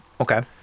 Okay